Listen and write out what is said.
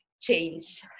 change